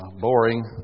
boring